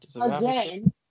again